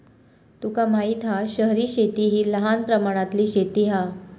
तुका माहित हा शहरी शेती हि लहान प्रमाणातली शेती हा